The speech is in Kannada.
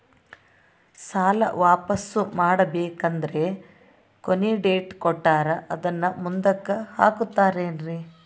ಸಾಲ ವಾಪಾಸ್ಸು ಮಾಡಬೇಕಂದರೆ ಕೊನಿ ಡೇಟ್ ಕೊಟ್ಟಾರ ಅದನ್ನು ಮುಂದುಕ್ಕ ಹಾಕುತ್ತಾರೇನ್ರಿ?